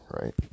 right